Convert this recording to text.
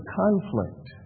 conflict